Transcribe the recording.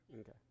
Okay